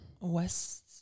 West